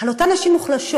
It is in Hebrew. על אותן נשים מוחלשות,